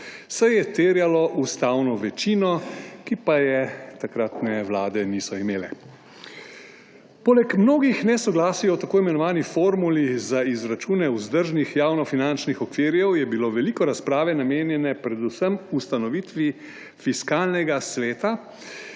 saj je terjalo ustavno večino, ki pa je takratne vlade niso imele. Poleg mnogih nesoglasij o tako imenovani formuli za izračune vzdržnih javnofinančnih okvirjev je bilo veliko razprave namenjene predvsem ustanovitvi Fiskalnega sveta